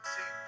See